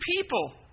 people